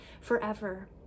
forever